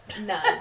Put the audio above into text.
None